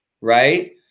right